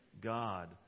God